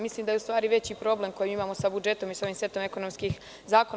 Mislim da je u stvari veći problem koji imamo sa budžetom i sa ovim setom ekonomskih zakona.